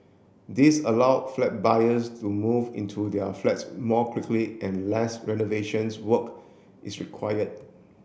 this allow flat buyers to move into their flats more quickly and less renovations work is required